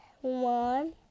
One